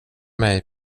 mig